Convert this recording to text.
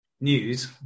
news